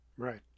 Right